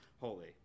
holy